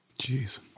Jeez